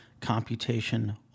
computation